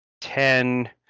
ten